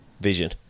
vision